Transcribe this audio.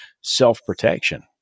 self-protection